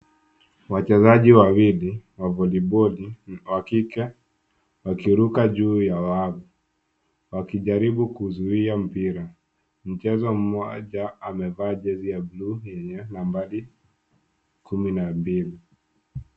Wachezaji wawili wa voliboli wakike, wakiruka juu ya wavu, wakijaribu kuzuia mpira. Mchezaji mmoja amevaa jezi ya buluu yenye nambari, kumi na mbili.